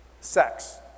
sex